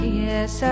yes